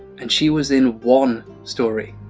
and she was in one story.